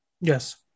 Yes